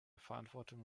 verantwortung